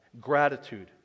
gratitude